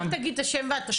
רק תגיד את השם והתפקיד.